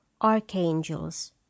Archangels